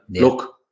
look